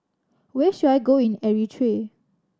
where should I go in Eritrea